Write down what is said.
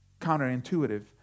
counterintuitive